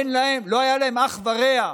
לא היה להן אח ורע.